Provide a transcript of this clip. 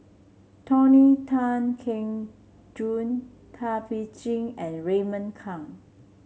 Tony Tan Keng Joo Thum Ping Tjin and Raymond Kang